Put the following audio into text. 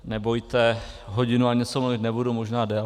Nebojte, hodinu a něco mluvit nebudu, možná déle.